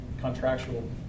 contractual